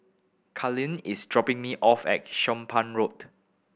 Carlene is dropping me off at Somapah Road